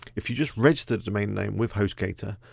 if you just registered a domain name with hostgator,